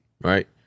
Right